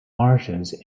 martians